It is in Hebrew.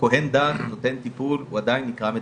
כהן דת שנותן טיפול, הוא עדיין נקרא מטפל.